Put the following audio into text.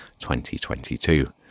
2022